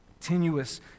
continuous